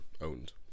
owned